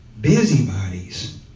busybodies